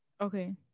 okay